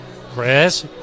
Chris